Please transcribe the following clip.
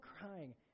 crying